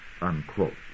Unquote